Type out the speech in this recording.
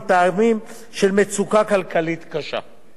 מטעמים של מצוקה כלכלית קשה,